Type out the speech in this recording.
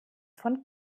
von